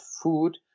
food